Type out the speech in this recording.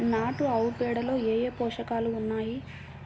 నాటు ఆవుపేడలో ఏ ఏ పోషకాలు ఉన్నాయి?